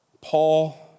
Paul